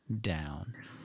down